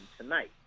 tonight